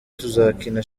tuzakina